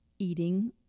eating